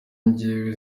njyewe